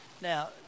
Now